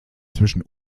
zwischen